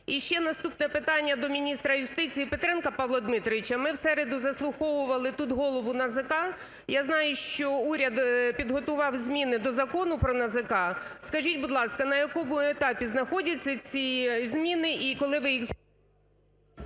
І ще наступне питання до міністра юстиції Петренка Павла Дмитровича. Ми в середу заслуховували тут голову НАЗК, я знаю, що уряд підготував зміни до Закону про НАЗК. Скажіть, будь ласка, на якому етапі знаходяться ці зміни і коли ви їх…